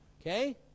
okay